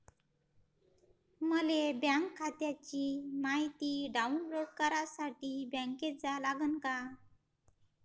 मले बँक खात्याची मायती डाऊनलोड करासाठी बँकेत जा लागन का?